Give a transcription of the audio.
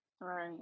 right